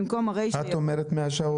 במקום הרישה